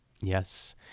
yes